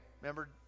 Remember